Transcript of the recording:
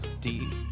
Deep